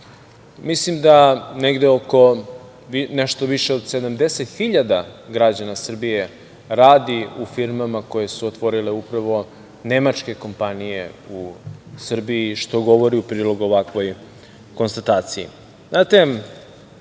planu. Mislim da negde oko, nešto više od 70.000 građana Srbije radi u firmama koje su otvorile upravo nemačke kompanije u Srbiji, što govori u prilog ovakvoj konstataciji. Znate,